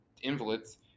invalids